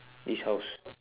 this house